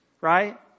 right